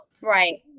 Right